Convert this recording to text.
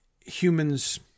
humans